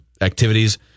activities